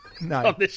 no